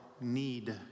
need